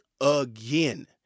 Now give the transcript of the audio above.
again